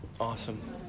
Awesome